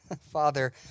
Father